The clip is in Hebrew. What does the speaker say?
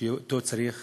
ואותו צריך